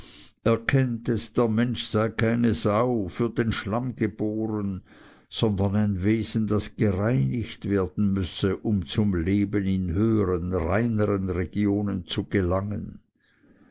erkennt es der mensch sei keine sau für den schlamm geboren sondern ein wesen das gereinigt werden müsse um zum leben in höhern reinern regionen zu gelangen